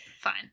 fine